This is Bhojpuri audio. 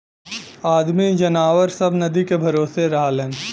आदमी जनावर सब नदी के भरोसे रहलन